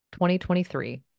2023